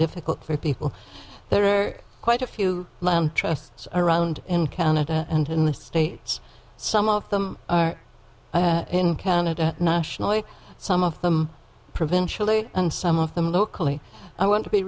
difficult for people there are quite a few land trusts around in canada and in the states some of them are in canada national some of them provincially and some of them locally i want to be